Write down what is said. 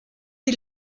die